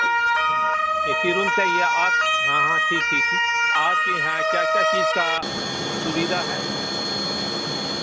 اے C room چاہیے آپ ہاں ہاں ٹھیک ٹھیک ٹھیک آپ کے یہاں کیا کیا چیز کا سویدھا ہے ہوں